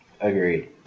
Agreed